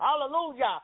hallelujah